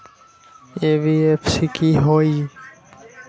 NBFC कि होअ हई?